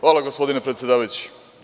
Hvala gospodine predsedavajući.